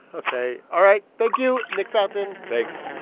ok. all right. thank you, nick fountain thanks